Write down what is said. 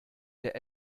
der